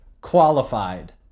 qualified